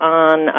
on